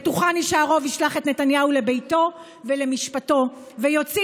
בטוחני שהרוב ישלח את נתניהו לביתו ולמשפטו ויוציא